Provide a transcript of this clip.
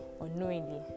unknowingly